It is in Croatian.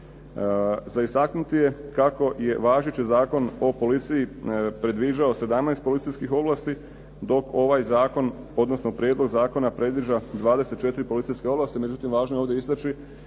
Za istaknuti je kako je važeći Zakon o policiji predviđao 17 policijskih ovlasti, dok ovaj zakon, odnosno Prijedlog zakona predviđa 24 policijske ovlasti. Međutim, važno je ovdje istaći